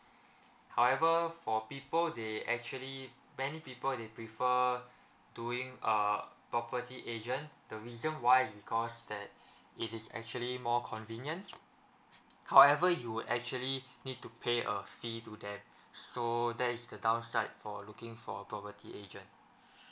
however for people they actually many people they prefer doing a property agent the reason why because that it is actually more convenience however you actually need to pay a fee to them so that is the downside for looking for a property agent